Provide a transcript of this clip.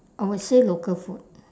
I would say local food